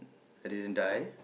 I didn't die